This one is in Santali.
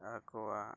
ᱟᱠᱚᱣᱟᱜ